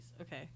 Okay